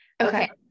Okay